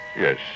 Yes